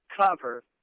cover